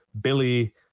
Billy